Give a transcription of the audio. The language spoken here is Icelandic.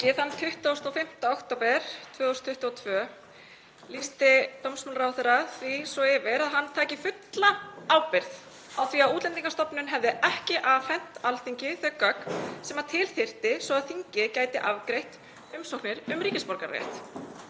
þann 25. október 2022 lýsti dómsmálaráðherra því yfir að hann tæki fulla ábyrgð á því að Útlendingastofnun hefði ekki afhent Alþingi þau gögn sem til þyrfti svo að þingið gæti afgreitt umsóknir um ríkisborgararétt.